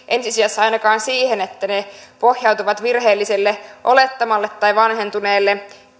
ensi sijassa ainakaan siihen että ne pohjautuvat virheelliselle olettamalle tai vanhentuneelle